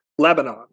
Lebanon